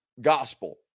gospel